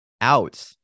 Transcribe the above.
out